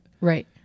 right